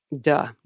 Duh